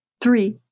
Three